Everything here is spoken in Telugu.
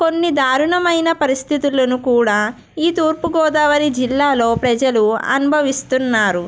కొన్ని దారుణమైన పరిస్థితులని కూడా ఈ తూర్పు గోదావరి జిల్లాలో ప్రజలు అనుభవిస్తున్నారు